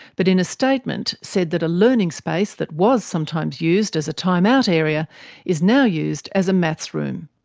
but in a statement said that a learning space that was sometimes used as a time-out area is now used as a maths room.